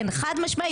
כן, חד משמעית.